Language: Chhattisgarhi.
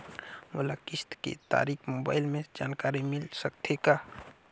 मोला किस्त के तारिक मोबाइल मे जानकारी मिल सकथे का?